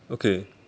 okay